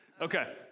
Okay